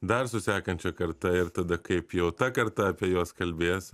dar su sekančia karta ir tada kaip jau ta karta apie juos kalbės